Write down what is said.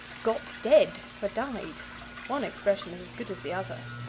got dead for died one expression is as good as the other.